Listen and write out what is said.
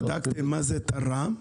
בדקתם מה זה תרם?